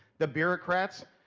the bureaucrats?